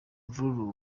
mvururu